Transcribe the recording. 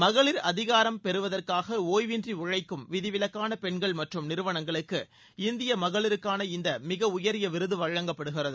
மகளிர் அதிகாரம் அளித்தலுக்காக ஓய்வின்றி உழழக்கும் விதிவிலக்கான பெண்கள் மற்றும் நிறுவனங்களுக்கு இந்திய மகளிருக்கான இந்த மிக உயரிய விருது வழங்கப்படுகிறது